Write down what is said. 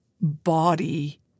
body